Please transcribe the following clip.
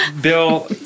Bill